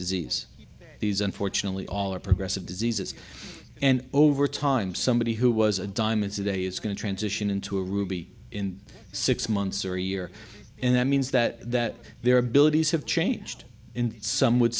disease these unfortunately all are progressive diseases and over time somebody who was a diamond today is going to transition into a ruby in six months or a year and that means that that their abilities have changed in some would